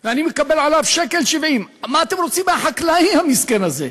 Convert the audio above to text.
ואני מקבל עליו 1.70. מה אתם רוצים מהחקלאי המסכן הזה?